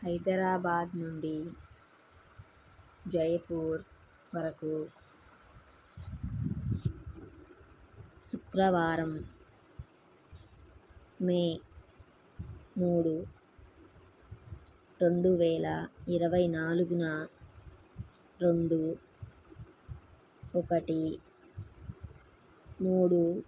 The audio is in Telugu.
హైదరాబాద్ నుండి జైపూర్ వరకు శుక్రవారం మే మూడు రెండు వేల ఇరవై నాలుగున రెండు ఒకటి మూడు